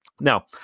now